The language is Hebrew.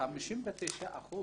59%